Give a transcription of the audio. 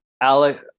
Alex